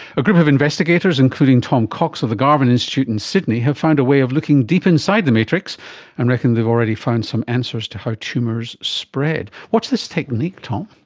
a group of investigators, including tom cox of the garvan institute in sydney, have found a way of looking deep inside the matrix and reckon they've already found some answers to how tumours spread. what's this technique, tom?